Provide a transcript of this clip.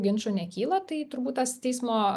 ginčų nekyla tai turbūt tas teismo